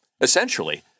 essentially